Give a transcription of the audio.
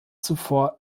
zuvor